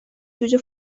جوجه